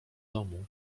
domu